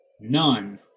None